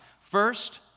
First